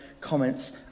comments